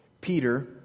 Peter